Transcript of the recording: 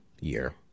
year